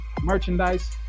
merchandise